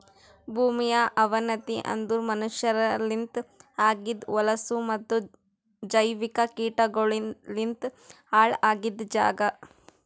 ಭೂಮಿಯ ಅವನತಿ ಅಂದುರ್ ಮನಷ್ಯರಲಿಂತ್ ಆಗಿದ್ ಹೊಲಸು ಮತ್ತ ಜೈವಿಕ ಕೀಟಗೊಳಲಿಂತ್ ಹಾಳ್ ಆಗಿದ್ ಜಾಗ್